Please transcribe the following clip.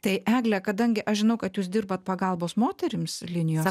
tai egle kadangi aš žinau kad jūs dirbat pagalbos moterims linijos